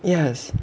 yes